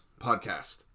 podcast